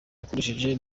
yakoresheje